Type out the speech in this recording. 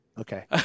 Okay